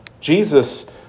Jesus